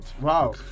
wow